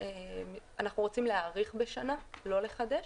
שאנחנו רוצים להאריך בשנה, לא לחדש.